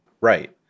Right